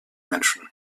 menschen